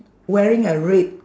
wearing a red